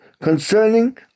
concerning